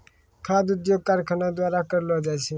खाद्य उद्योग कारखानो द्वारा करलो जाय छै